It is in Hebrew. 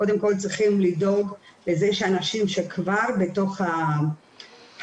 קודם כל צריכים לדאוג לזה שאנשים שהם כבר בתוך ההתמכרות